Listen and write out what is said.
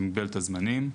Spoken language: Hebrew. במגבלת הזמנים.